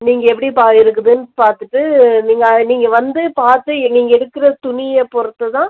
நீங்கள் எப்படி பா இருக்குதுன்னு பார்த்துட்டு நீங்கள் நீங்கள் வந்து பார்த்து நீங்கள் எடுக்கிற துணியை பொறுத்துதான்